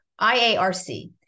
IARC